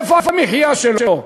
איפה המחיה שלו?